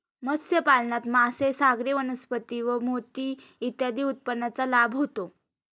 मत्स्यपालनात मासे, सागरी वनस्पती व मोती इत्यादी उत्पादनांचा लाभ होतो